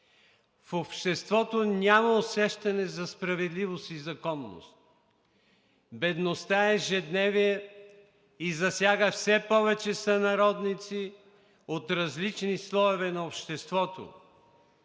В обществото няма усещане за справедливост и законност. Бедността е ежедневие и засяга все повече сънародници от различни слоеве на обществото.